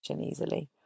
easily